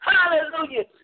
Hallelujah